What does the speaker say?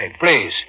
Please